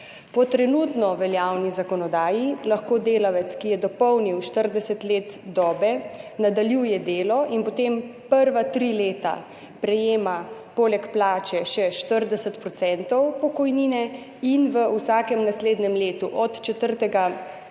Po trenutno veljavni zakonodaji lahko delavec, ki je dopolnil 40 let dobe, nadaljuje delo in potem prva tri leta prejema poleg plače še 40 % pokojnine in v vsakem naslednjem letu od četrtega